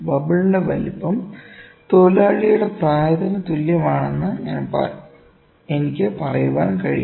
ബബിളിന്റെ വലുപ്പം തൊഴിലാളിയുടെ പ്രായത്തിന് തുല്യമാണെന്ന് എനിക്ക് പറയാൻ കഴിയും